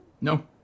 No